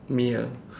me ah